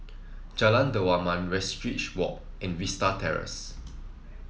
Jalan Dermawan Westridge Walk and Vista Terrace